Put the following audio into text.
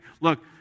look